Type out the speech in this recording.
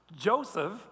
Joseph